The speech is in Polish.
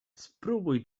spróbuj